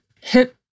hit